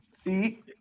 See